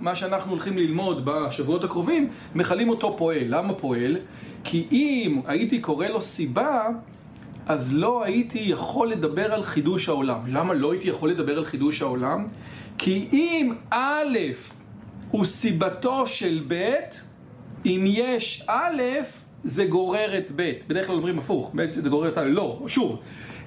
מה שאנחנו הולכים ללמוד בשבועות הקרובים מכלים אותו פועל. למה פועל? כי אם הייתי קורא לו סיבה אז לא הייתי יכול לדבר על חידוש העולם למה לא הייתי יכול לדבר על חידוש העולם? כי אם א' הוא סיבתו של ב' אם יש א' זה גורר את ב' בדרך כלל אומרים הפוך, ב' זה גורר את א', לא, שוב